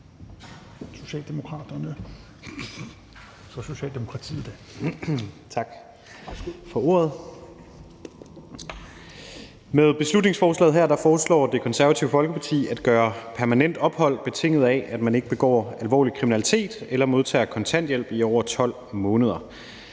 Med beslutningsforslaget her foreslår Det Konservative Folkeparti at gøre permanent ophold betinget af, at man ikke begår alvorlig kriminalitet eller modtager kontanthjælp i over 12 måneder.